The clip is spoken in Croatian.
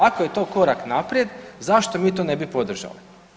Ako je to korak naprijed zašto mi to ne bi podržali.